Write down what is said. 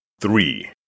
three